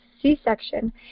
C-section